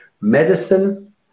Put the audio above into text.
medicine